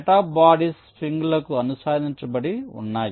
set of bodies spring లకు అనుసంధానించబడి ఉన్నాయి